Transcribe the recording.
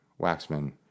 Waxman